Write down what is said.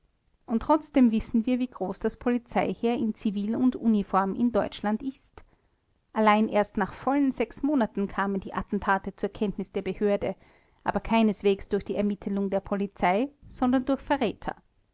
und trotzdem wissen wir wie groß das polizeiheer in zivil und uniform in deutschland ist allein erst nach vollen monaten kamen die attentate zur kenntnis der behörde aber keineswegs durch die ermittelung der polizei sondern durch verräter